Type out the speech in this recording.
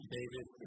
David